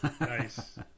Nice